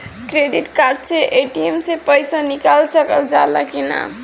Credit card से ATM से पइसा निकाल सकल जाला की नाहीं?